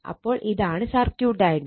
അപ്പോൾ ഇതാണ് circuit diagram